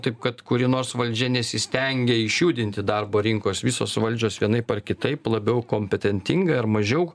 taip kad kuri nors valdžia nesistengia išjudinti darbo rinkos visos valdžios vienaip ar kitaip labiau kompetentingai ar mažiau